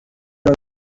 jug